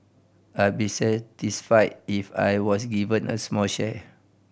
I'd be satisfied if I was given a small share